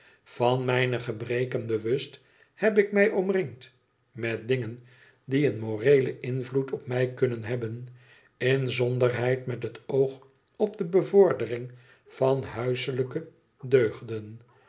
van mijne gebreken bewust heb ik mij omringd met dingen die een moreelen invloed op mij kunnen hebben inzonderheid met het oog op de bevordering van huiselijke deugen